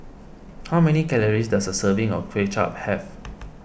how many calories does a serving of Kway Chap have